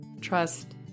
trust